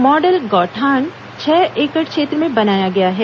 model गौठान छह एकड़ क्षेत्र में बनाया गया है